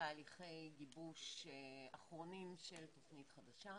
בתהליכי גיבוש אחרונים של תוכנית חדשה